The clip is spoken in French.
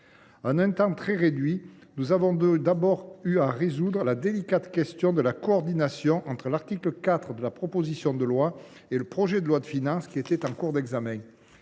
en un temps très réduit, la délicate question de la coordination entre l’article 4 de la proposition de loi et le projet de loi de finances, qui était en cours d’examen.